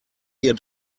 ihr